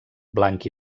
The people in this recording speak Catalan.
blanc